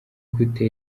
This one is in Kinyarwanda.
gute